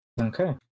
Okay